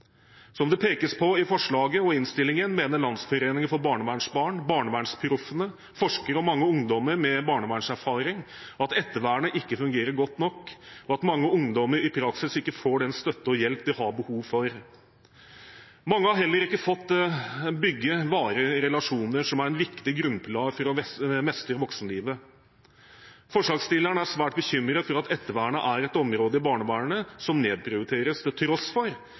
Som det pekes på i forslaget og innstillingen, mener Landsforeningen for barnevernsbarn, BarnevernsProffene, forskere og mange ungdommer med barnevernserfaring at ettervernet ikke fungerer godt nok, og at mange ungdommer i praksis ikke får den støtte og hjelp de har behov for. Mange har heller ikke fått bygge varige relasjoner, som er en viktig grunnpilar for å mestre voksenlivet. Forslagsstillerne er svært bekymret for at ettervernet er et område i barnevernet som nedprioriteres, til tross for